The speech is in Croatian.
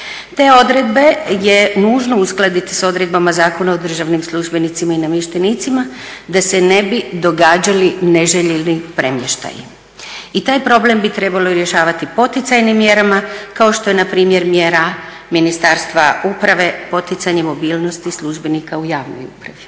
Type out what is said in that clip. Te odredbe je nužno uskladiti sa odredbama Zakona o državnim službenicima i namještenicima da se ne bi događali neželjeni premještaji. I taj problem bi trebalo rješavati poticajnim mjerama kao što je na primjer mjera Ministarstva uprave poticanje mobilnosti službenika u javnoj upravi.